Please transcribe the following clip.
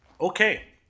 Okay